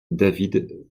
david